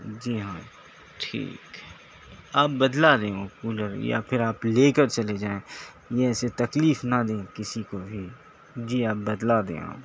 جی ہاں ٹھیک ہے آپ بدل دیں وہ کولر یا پھر آپ لے کر چلے جائیں یہ ایسے تکلیف نہ دیں کسی کو بھی جی آپ بدل دیں آپ